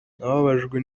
nababajwe